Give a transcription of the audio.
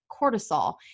cortisol